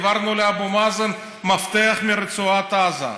העברנו לאבו מאזן מפתח לרצועת עזה.